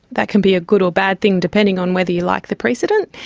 that can be a good or bad thing depending on whether you like the precedent.